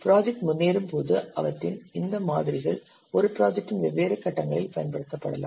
project முன்னேறும்போது அவற்றின் இந்த மாதிரிகள் ஒரே ப்ராஜெக்ட்டின் வெவ்வேறு கட்டங்களில் பயன்படுத்தப்படலாம்